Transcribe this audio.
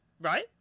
Right